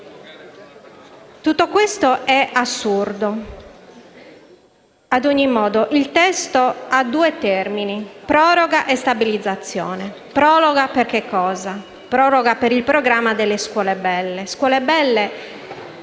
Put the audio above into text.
Tutto questo è assurdo. Ad ogni modo, il testo ha due termini: proroga e stabilizzazione. La proroga è per il programma delle scuole belle,